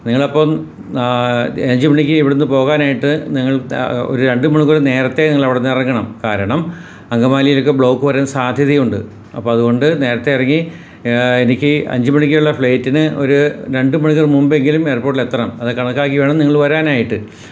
നിങ്ങൾ അപ്പോൾ അ അഞ്ചുമണിക്ക് ഇവിടുന്ന് പോകാനായിട്ട് നിങ്ങൾ ഹേ അ രണ്ട് മണിക്കൂർ നേരത്തെ അവിടുന്നു ഇറങ്ങണം കാരണം അങ്കമാലിയിലൊക്കെ ബ്ലോക്ക് വരാൻ സാധ്യതയുണ്ട് അപ്പോൾ അത് കൊണ്ട് നേരത്തെയിറങ്ങി എനിക്ക് അഞ്ചുമണിക്കുള്ള ഫ്ലൈറ്റിന് ഒരു രണ്ട് മണിക്കൂർ മുമ്പെങ്കിലും എയർപോർട്ടിലെത്തണം അത് കണക്കാക്കി വേണം നിങ്ങൾ വരാനായിട്ട്